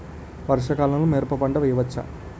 వర్షాకాలంలో మిరప పంట వేయవచ్చా?